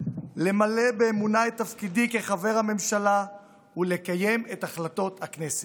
למלא באמונה את תפקידי כחבר הממשלה ולקיים את החלטות הכנסת.